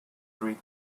three